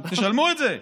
תשלמו את זה.